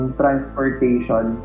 transportation